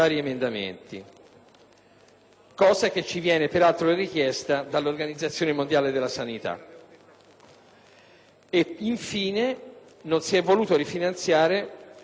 Infine, non si è voluta rifinanziare l'operatività per il 2009 dei fondi regionali di protezione, azzerati dalla finanziaria 2009,